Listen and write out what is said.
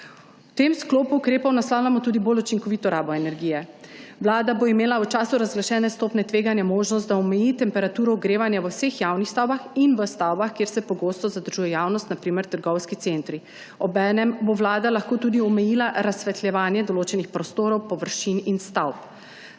V tem sklopu ukrepov naslavljamo tudi bolj učinkovito rabo energije. Vlada bo imela v času razglašene stopnje tveganja možnost, da omeji temperaturo ogrevanja v vseh javnih stavbah in v stavbah, kjer se pogosto zadržuje javnost, na primer trgovski centri. Obenem bo vlada lahko tudi omejila razsvetljevanje določenih prostorov, površin in stavb.